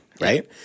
Right